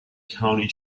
county